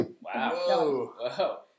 wow